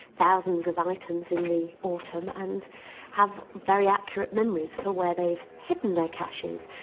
thousands of items in the autumn and have very accurate memories for where they've hidden their caches.